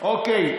אוקיי,